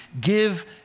Give